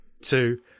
two